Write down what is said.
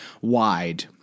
wide